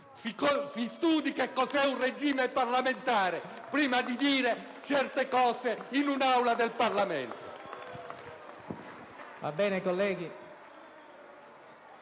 Si studi cosa è un regime parlamentare prima di dire certe cose in un'Aula del Parlamento.